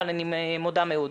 אבל אני מודה מאוד.